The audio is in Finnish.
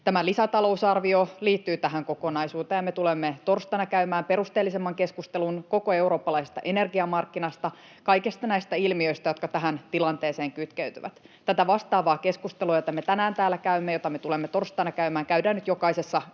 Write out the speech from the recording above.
Tämä lisätalousarvio liittyy tähän kokonaisuuteen, ja me tulemme torstaina käymään perusteellisemman keskustelun koko eurooppalaisesta energiamarkkinasta, kaikista näistä ilmiöistä, jotka tähän tilanteeseen kytkeytyvät. Tätä vastaavaa keskustelua, jota me tänään täällä käymme, jota me tulemme torstaina käymään, käydään nyt jokaisessa Euroopan